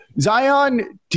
Zion